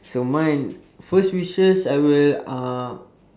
so mine first wishes I will uh